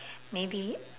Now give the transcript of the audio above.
maybe